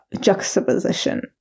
juxtaposition